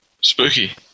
Spooky